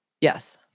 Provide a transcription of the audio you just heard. Yes